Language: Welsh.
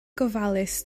gofalus